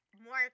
more